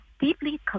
deeply